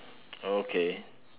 okay